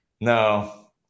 No